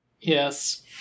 Yes